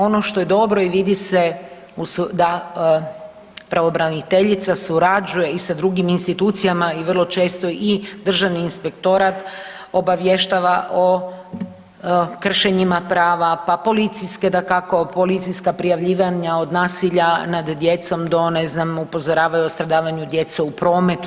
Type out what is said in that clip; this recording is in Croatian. Ono što je dobro i vidi se da pravobraniteljica surađuje i sa drugim institucijama i vrlo često i Državni inspektorat obavještava o kršenjima prava, pa policijska dakako policijska prijavljivanja od nasilja nad djecom do ne znam upozoravaju o stradavanju djecu u prometu.